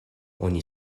oni